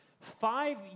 Five